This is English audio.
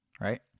Right